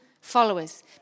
followers